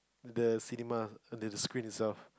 the cinema and there's a screen itself